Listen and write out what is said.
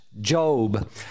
Job